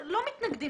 זה לא היה בהצעה.